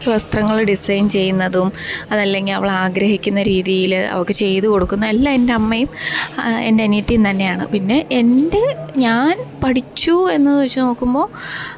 വസ്ത്രങ്ങൾ ഡിസൈന് ചെയ്യുന്നതും അതല്ലെങ്കില് അവൾ ആഗ്രഹിക്കുന്ന രീതിയിൽ അവൾക്ക് ചെയ്ത് കൊടുക്കുന്നതും എല്ലാം എന്റെ അമ്മയും എന്റെ അനിയത്തിയും തന്നെയാണ് പിന്നെ എന്റെ ഞാന് പഠിച്ചു എന്നത് വെച്ച് നോക്കുമ്പോൾ